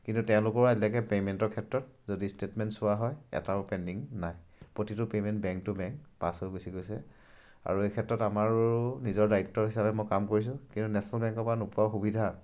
কিন্তু তেওঁলোকৰো আজিলৈকে পে'মেণ্টৰ ক্ষেত্ৰত যদি ষ্টেটমেণ্ট চোৱা হয় এটাও পেণ্ডিং নাই প্ৰতিটো payment bank to bank pass হৈ গুচি গৈছে আৰু এই ক্ষেত্ৰত আমাৰো নিজৰ দায়িত্ব হিচাপে মই কাম কৰিছোঁ কিন্তু নেশ্যনেল বেংকৰপৰা নোপোৱা সুবিধা